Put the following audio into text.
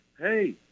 Hey